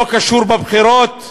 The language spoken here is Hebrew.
לא קשור בבחירות,